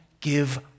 give